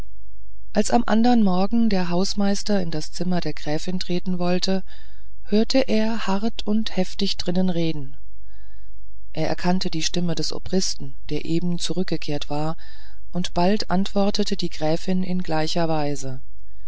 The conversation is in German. als am andern morgen der hausmeister in das zimmer der gräfin treten wollte hörte er hart und heftig drinnen reden er erkannte die stimme des obristen der eben zurückgekehrt war und bald antwortete die gräfin in gleicher weise